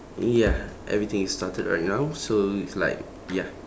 ya everything is started right now so it's like ya